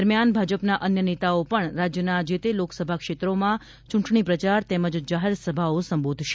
દરમ્યાન ભાજપના અન્ય નેતાઓ પણ રાજ્યના જે તે લોકસભા ક્ષેત્રોમાં ચૂંટણી પ્રચાર તેમજ જાહેરસભાઓ સંબોધશે